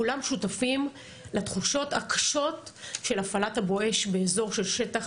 כולם שותפים לתחושות הקשות של הפעלת ה"בואש" באזור של שטח